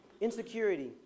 Insecurity